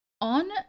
on